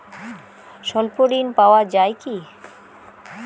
স্বল্প ঋণ পাওয়া য়ায় কি?